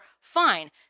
fine